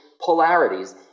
polarities